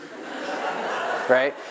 Right